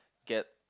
get